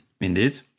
Indeed